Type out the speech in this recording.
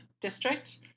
district